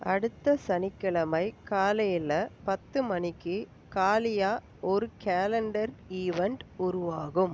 அடுத்த சனிக்கிழமை காலையில் பத்து மணிக்கு காலியாக ஒரு கேலண்டர் ஈவென்ட் உருவாகும்